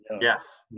Yes